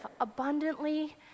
abundantly